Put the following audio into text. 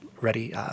ready